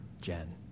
Jen